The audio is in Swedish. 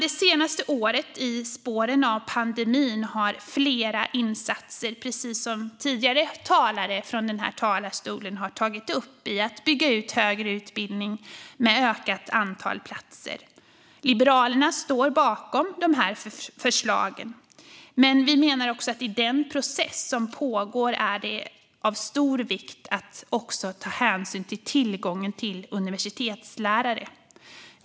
Som tidigare talare har tagit upp i talarstolen har det under det senaste året, i spåren av pandemin, gjorts flera insatser för att bygga ut den högre utbildningen med ett ökat antal platser. Liberalerna står bakom dessa förslag, men vi menar också att det i den process som pågår är av stor vikt att ta hänsyn till tillgången till universitetslärare.